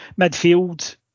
Midfield